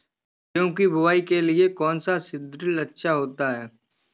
गेहूँ की बुवाई के लिए कौन सा सीद्रिल अच्छा होता है?